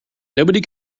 nobody